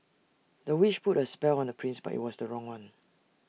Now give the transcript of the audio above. the witch put A spell on the prince but IT was the wrong one